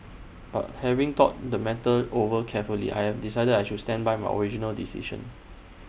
but having thought the matter over carefully I am decided that I should stand by my original decision